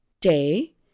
day